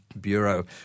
Bureau